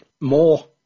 More